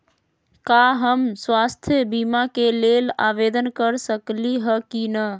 का हम स्वास्थ्य बीमा के लेल आवेदन कर सकली ह की न?